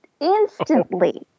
instantly